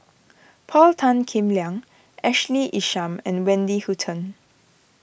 Paul Tan Kim Liang Ashley Isham and Wendy Hutton